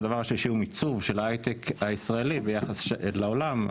והדבר השלישי הוא מיצוב של ההייטק הישראלי ביחס לעולם,